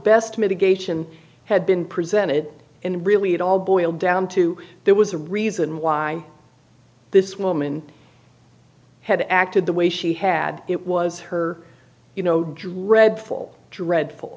best mitigation had been presented and really it all boiled down to there was a reason why this woman had acted the way she had it was her you know dreadful dreadful